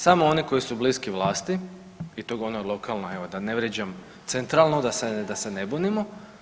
Samo oni koji su bliski vlasti i to onoj lokalnoj evo da ne vrijeđam centralno, da se ne bunimo.